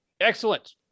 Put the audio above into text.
excellent